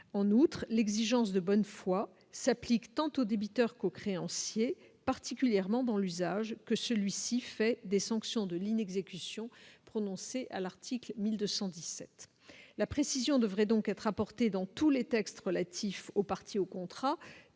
en outre l'exigence de bonne foi, s'applique tant aux débiteurs qu'aux créanciers, particulièrement dans l'usage que celui-ci fait des sanctions de l'inexécution prononcé à l'article 1217 la précision devrait donc être dans tous les textes relatifs aux parties au contrat